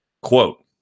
quote